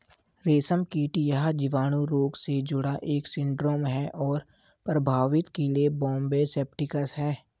रेशमकीट यह जीवाणु रोग से जुड़ा एक सिंड्रोम है और प्रभावित कीड़े बॉम्बे सेप्टिकस है